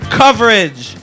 coverage